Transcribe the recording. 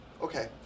Okay